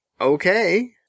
okay